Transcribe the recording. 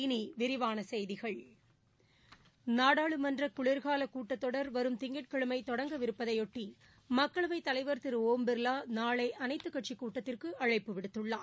இனி விரிவான செய்திகள் நாடாளுமன்ற குளிர்கால கூட்டத்தொடர் வரும் திங்கட்கிழமை தொடங்கவிருப்பதையொட்டி மக்களவைத் தலைவர் திரு ஒம் பிர்லா நாளை அளைத்துக் கட்சிக் கூட்டத்திற்கு அழைப்பு விடுத்துள்ளார்